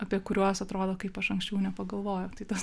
apie kuriuos atrodo kaip aš anksčiau nepagalvojau tai tas